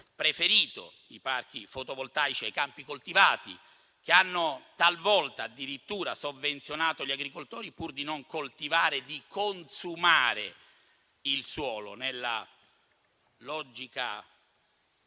preferito i parchi fotovoltaici ai campi coltivati, che addirittura talvolta hanno sovvenzionato gli agricoltori pur di non coltivare e di consumare il suolo, nella logica